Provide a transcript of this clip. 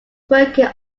working